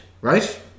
right